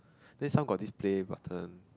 then some got this play button